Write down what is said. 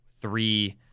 three